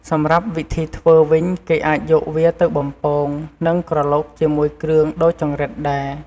សម្រាប់វិធីធ្វើវិញ គេអាចយកវាទៅបំពង និងក្រឡុកជាមួយគ្រឿងដូចចង្រិតដែរ។